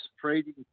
trading